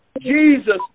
Jesus